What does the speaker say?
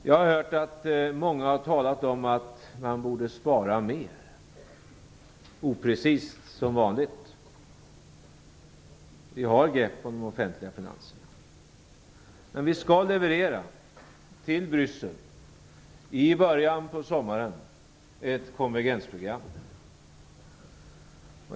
Jag har hört att många talat om att man borde spara mera - oprecist, som vanligt. Men vi har grepp om de offentliga finanserna, och vi skall i början av sommaren till Bryssel leverera ett konvergensprogram.